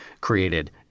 created